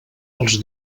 als